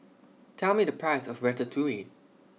Tell Me The Price of Ratatouille